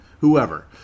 whoever